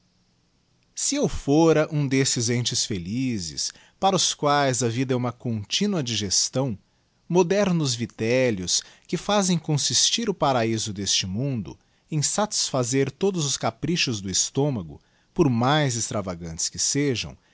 se eu fora um desses entes felizes para os quaes a vidaé uma continua digestão modernos vitellios que fazem consistir o paraiso deste mundo em satisfazer todos os caprichos do estômago por mais extravagantes que sejam